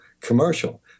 commercial